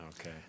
Okay